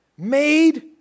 Made